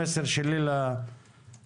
בוקר טוב לכולם.